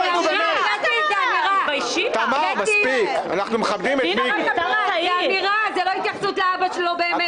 זאת אמירה, זאת לא התייחסות לאבא שלו באמת.